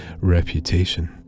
reputation